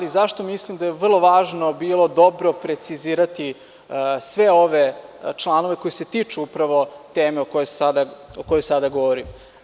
Ali, zašto mislim da je vrlo važno bilo dobro precizirati sve ove članove koji se tiču upravo teme o kojoj sada govorim?